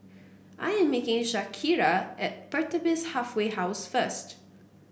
I am meeting Shakira at Pertapis Halfway House first